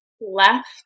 left